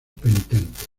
penitentes